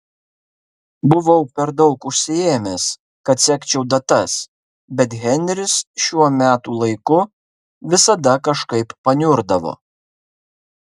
buvau per daug užsiėmęs kad sekčiau datas bet henris šiuo metų laiku visada kažkaip paniurdavo